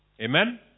Amen